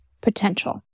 potential